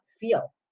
feel